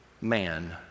man